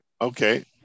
Okay